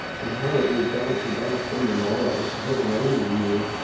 and how it would dance about on the morrow heaven only knew.